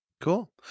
Cool